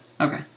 Okay